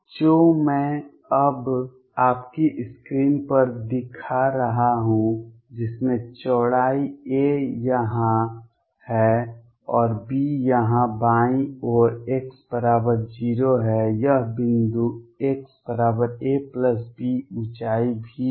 जो मैं अब आपकी स्क्रीन पर दिखा रहा हूं जिसमें चौड़ाई a यहां है और b यहां बाईं ओर x 0 है यह बिंदु x a b ऊंचाई V है